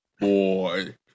Boy